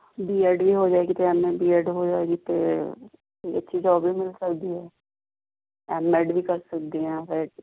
B Ed ਵੀ ਹੋ ਜਾਏਗੀ ਅਤੇ ਐੱਮ ਏ ਬੀ ਐੱਡ ਹੋ ਜਾਏਗੀ ਅਤੇ ਅਤੇ ਅੱਛੀ ਜੋਬ ਵੀ ਮਿਲ ਸਕਦੀ ਹੈ ਐੱਮ ਐੱਡ ਵੀ ਕਰ ਸਕਦੇ ਹੈ